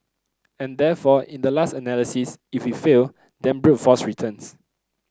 and therefore in the last analysis if we fail then brute force returns